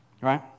Right